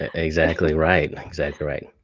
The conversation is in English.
ah exactly right, and exactly right.